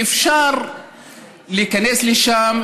שאפשר להיכנס לשם,